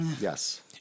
Yes